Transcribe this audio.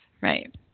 right